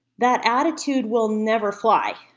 that attitude will never fly.